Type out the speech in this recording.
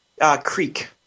Creek